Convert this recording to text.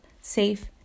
safe